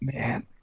Man